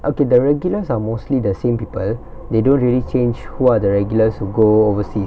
okay the regulars are mostly the same people they don't really change who are the regulars who go overseas